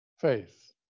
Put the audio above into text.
faith